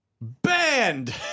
BANNED